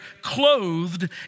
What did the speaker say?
clothed